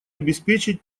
обеспечить